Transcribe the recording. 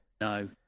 no